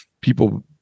people